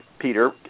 Peter